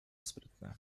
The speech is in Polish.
sprytne